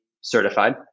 certified